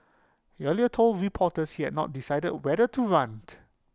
he earlier told reporters he had not decided whether to runt